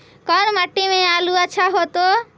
कोन मट्टी में आलु अच्छा होतै?